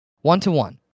one-to-one